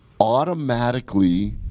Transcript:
automatically